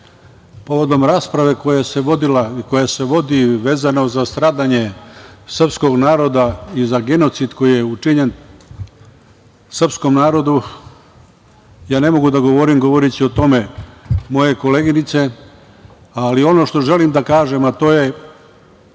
vodila i koja se vodi vezano za stradanje srpskog naroda i za genocid koji je učinjen srpskom narodu ja ne mogu da govorim, govoriće o tome moje koleginice, ali ono što želim da kažem, a to je